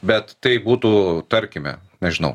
bet tai būtų tarkime nežinau